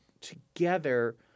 together